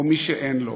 או מי שאין לו,